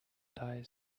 days